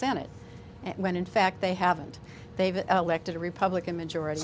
senate when in fact they haven't they've elected a republican majority